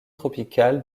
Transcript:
tropicales